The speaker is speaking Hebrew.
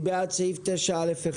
בעד סעיף 9(א)(1)?